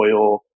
oil